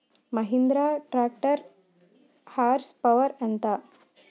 Mahindra tractor horse power ఎంత?